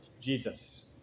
Jesus